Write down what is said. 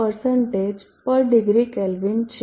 47 પર degree Kelvin છે